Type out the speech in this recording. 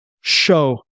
show